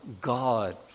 God